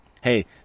Hey